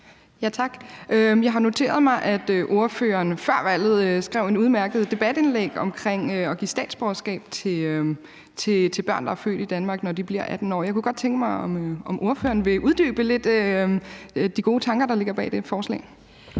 Jeg har noteret mig, at ordføreren før valget skrev et udmærket debatindlæg om at give statsborgerskab til børn, der er født i Danmark, når de bliver 18 år. Jeg kunne godt tænke mig at høre, om ordføreren vil uddybe de gode tanker, der ligger bag det forslag,